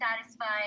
satisfied